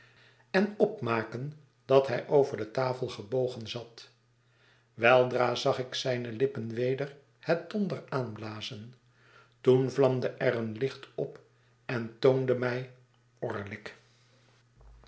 en opmaken dat hij over de tafel gebogen zat weldra zag ik zijne lippen weder het tonder aanblazen toen vlamde er een licht op en toonde mij